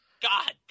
God